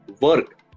work